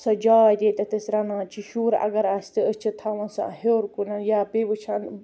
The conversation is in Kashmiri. سۄ جاے ییٚتٮ۪تھ أسۍ رَنان چھِ شُر اگر آسہِ تہٕ أسۍ چھِ تھاوان سۄ ہیٚور کُن یا بیٚیہِ وٕچھان